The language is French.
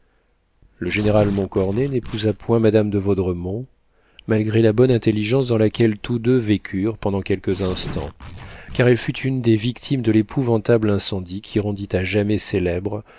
le général montcornet n'épousa point madame de vaudremont malgré la bonne intelligence dans laquelle tous deux vécurent pendant quelques instants car elle fut une des victimes de l'épouvantable incendie qui rendit à jamais